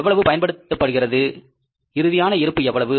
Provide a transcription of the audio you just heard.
எவ்வளவு பயன்படுத்தப்படுகின்றது இறுதியான இருப்பு எவ்வளவு